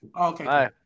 Okay